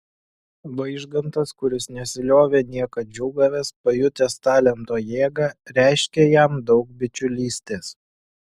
vaižgantas kuris nesiliovė niekad džiūgavęs pajutęs talento jėgą reiškė jam daug bičiulystės